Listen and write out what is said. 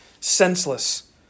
senseless